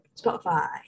spotify